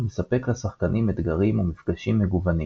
ומספק לשחקנים אתגרים ומפגשים מגוונים.